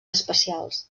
especials